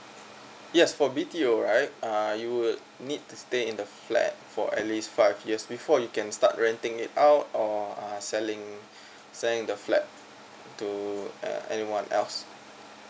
yes for B_T_O right uh you will need to stay in the flat for at least five years before you can start renting it out or uh selling selling the flat to uh anyone else